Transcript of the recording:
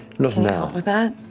not now.